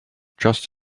just